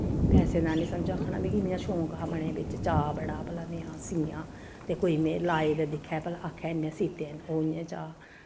पैसें दा निं समझो आखना मिगी इ'यां शौंक हा मनै बिच चाऽ बड़ा भला में सीयां तो कोई में लाए दे दिक्खे भला आखै इ'न्ने सीत्ते दे न ओह् इ'यां चाऽ